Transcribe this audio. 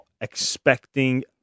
expecting